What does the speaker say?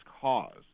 cause